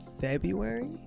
february